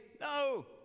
No